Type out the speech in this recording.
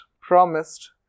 promised